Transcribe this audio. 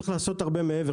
צריך לעשות הרבה מעבר.